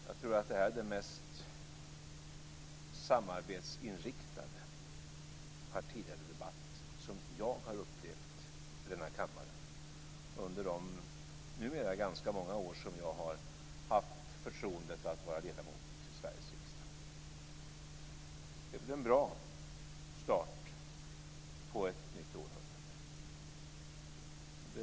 Jag tror att det här är den mest samarbetsinriktade partiledardebatt som jag har upplevt i denna kammare under de numera ganska många år som jag har haft förtroendet att vara ledamot av Sveriges riksdag. Det är väl en bra start på ett nytt århundrade!